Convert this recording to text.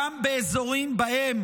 גם באזורים שבהם